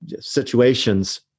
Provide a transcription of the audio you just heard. situations